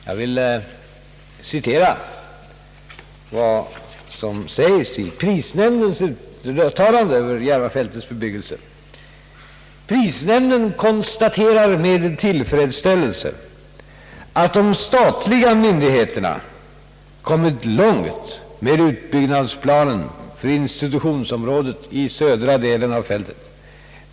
Jag vill citera vad som sägs i prisnämndens uttalande när det gäller Järvafältets bebyggelse: »I detta sammanhang konstaterar prisnämnden med tillfredsställelse, att de statliga myndigheterna kommit långt med utbyggnadsplanen för institutionsområdet i södra delen av fältet.